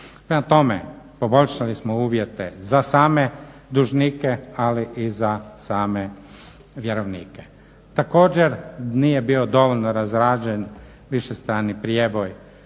Prema tome poboljšali smo uvjete za same dužnike, ali i za same vjerovnike. Također nije bio dovoljno razrađen višestrani prijeboj